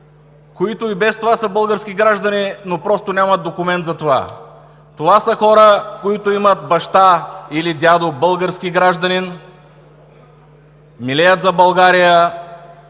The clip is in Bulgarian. които и без това са български граждани, но просто нямат документ за това? Това са хора, които имат баща или дядо български гражданин, милеят за България,